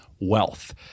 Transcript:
wealth